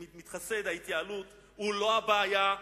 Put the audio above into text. המתחסד, ההתייעלות, הוא לא הבעיה.